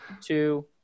two